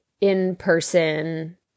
in-person